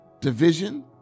division